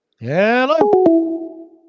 Hello